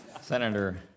Senator